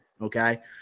okay